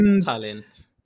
talent